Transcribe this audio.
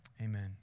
amen